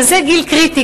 שזה גיל קריטי,